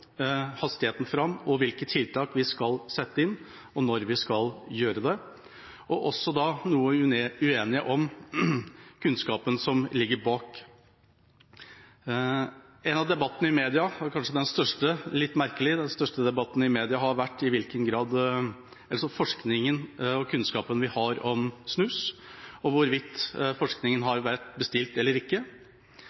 hastigheten framover, hvilke tiltak vi skal sette inn, og når vi skal gjøre det. Vi er også noe uenige om kunnskapen som ligger bak. En av debattene i media – litt merkelig at den kanskje er den største – har handlet om hvorvidt forskningen og kunnskapen vi har om snus, har vært bestilt eller ikke. For Venstre har den debatten blitt mindre og